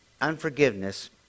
unforgiveness